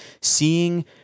seeing